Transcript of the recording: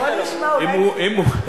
בוא נשמע, אולי,